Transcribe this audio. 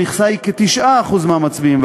המכסה היא כ-9% מהמצביעים,